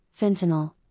fentanyl